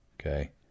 Okay